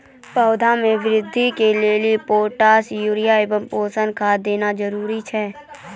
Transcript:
पौधा मे बृद्धि के लेली पोटास यूरिया एवं पोषण खाद देना जरूरी छै?